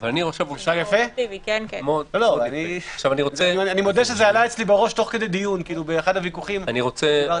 אני מודה שזה עלה אצלי בראש תוך כדי דיון באחד הוויכוחים פה.